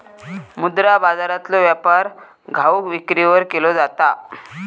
मुद्रा बाजारातलो व्यापार घाऊक विक्रीवर केलो जाता